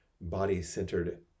body-centered